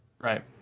Right